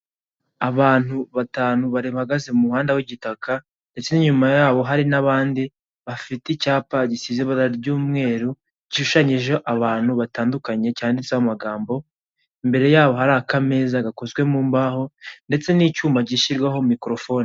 Abantu batanu bahahgaze mu muhanda w'igitaka, ndetse n'inyuma yabo hari n'abandi bafite icyapa gisize ibara cy'umweru gishushanyijeho abantu batandukanye cyanditseho amagambo, imbereye yabo hari akameza gakozwe mu mbaho ndetse n'icyuma gashyirwaho mikorofone.